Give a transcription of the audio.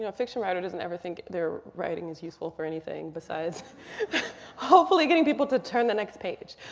you know fiction writer doesn't ever think their writing is useful for anything besides hopefully getting people to turn the next page.